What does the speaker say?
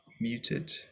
muted